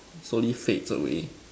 slowly fades away